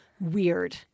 weird